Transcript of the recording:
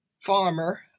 farmer